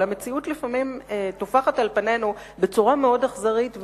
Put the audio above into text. אבל המציאות לפעמים טופחת על פנינו בצורה מאוד אכזרית.